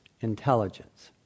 Intelligence